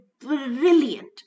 brilliant